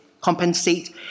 compensate